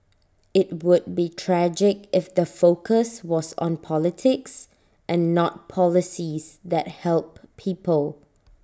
IT would be tragic if the focus was on politics and not policies that help people